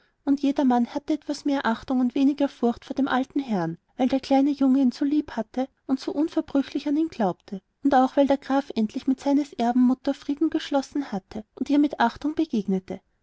und jedermann hatte etwas mehr achtung und weniger furcht vor dem alten herrn weil der kleine junge ihn so lieb hatte und so unverbrüchlich an ihn glaubte und auch weil der graf endlich mit seines erben mutter frieden geschlossen hatte und ihr mit achtung begegnete